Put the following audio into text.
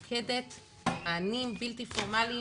החינוך הבלתי פורמלי.